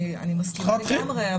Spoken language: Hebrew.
אני מסכימה לגמרי,